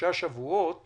כשלושה שבועות